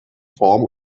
form